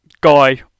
Guy